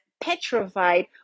petrified